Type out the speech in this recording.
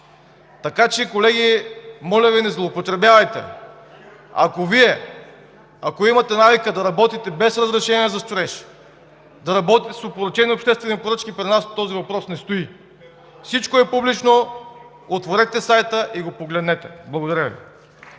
Така че, колеги, моля Ви, не злоупотребявайте. Ако Вие имате навика да работите без разрешение за строеж, да работите с опорочени обществени поръчки, при нас този въпрос не стои. Всичко е публично, отворете сайта и го погледнете. (Ръкопляскания